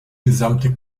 gesamte